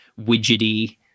widgety